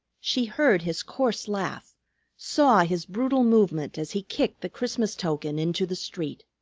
she heard his coarse laugh saw his brutal movement as he kicked the christmas token into the street.